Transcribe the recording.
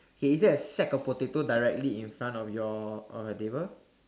he isn't a sack of potato directly in front of your of your table